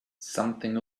something